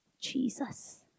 Jesus